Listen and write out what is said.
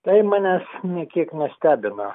tai manęs nė kiek nestebina